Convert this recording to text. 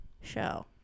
show